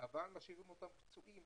אבל משאירים אותם פצועים